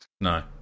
No